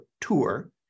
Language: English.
tour